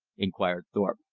inquired thorpe.